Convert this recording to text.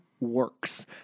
works